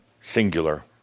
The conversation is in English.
singular